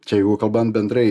čia jeigu kalbant bendrai